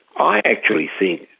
i actually think,